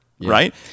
Right